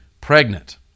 pregnant